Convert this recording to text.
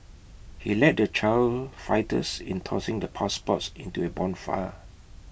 he led the child fighters in tossing the passports into A bonfire